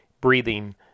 breathing